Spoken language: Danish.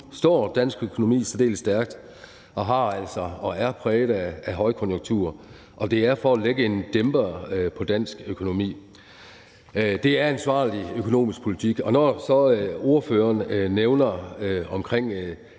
lige nu står særdeles stærkt og altså er præget af høje konjunkturer, og det sker for at lægge en dæmper på dansk økonomi. Det er ansvarlig økonomisk politik. Når ordføreren så nævner